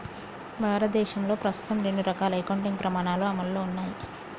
భారతదేశంలో ప్రస్తుతం రెండు రకాల అకౌంటింగ్ ప్రమాణాలు అమల్లో ఉన్నయ్